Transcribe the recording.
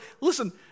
Listen